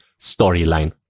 storyline